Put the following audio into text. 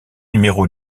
numéro